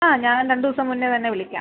ആ ഞാൻ രണ്ടുസം മുന്നേ തന്നെ വിളിക്കാം